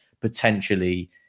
potentially